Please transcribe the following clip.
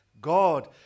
god